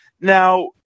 Now